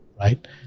right